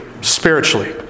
spiritually